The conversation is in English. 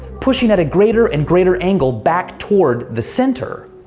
pushing at a greater and greater angle back toward the centre.